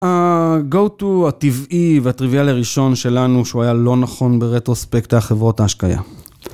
ה-go to הטבעי והטריוויאלי הראשון שלנו שהוא היה לא נכון ברטרוספקט היה חברות ההשקייה.